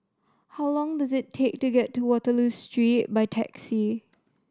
how long does it take to get to Waterloo Street by taxi